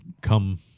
come